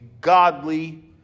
godly